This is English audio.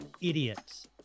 idiots